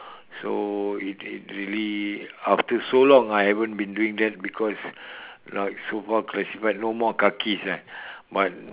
so it it really after so long I haven't been doing that because like so far classified no more kakis ah but